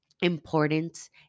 important